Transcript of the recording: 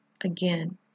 Again